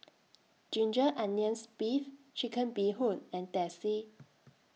Ginger Onions Beef Chicken Bee Hoon and Teh C